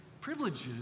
privileges